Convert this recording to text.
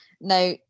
Now